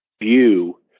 view